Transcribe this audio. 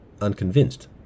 unconvinced